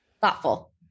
thoughtful